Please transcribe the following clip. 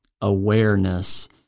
awareness